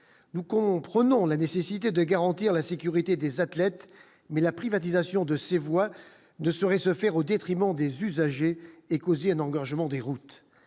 nous comprenons la nécessité de garantir la sécurité des athlètes, mais la privatisation de ses voix de soeurs et se faire au détriment des usagers et causé un engorgement des routes